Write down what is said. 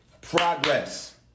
Progress